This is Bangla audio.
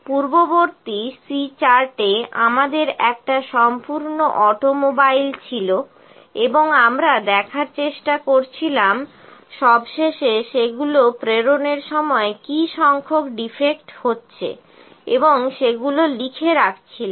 পূর্ববর্তী C চার্টে আমাদের একটা সম্পূর্ণ অটোমোবাইল ছিল এবং আমরা দেখার চেষ্টা করছিলাম সবশেষে সেগুলো প্রেরণের সময় কি সংখ্যক ডিফেক্ট হচ্ছে এবং সেগুলো লিখে রাখছিলাম